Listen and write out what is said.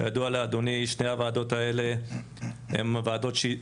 כידוע לאדוני שתי הוועדות האלה הן הוועדות שאחת,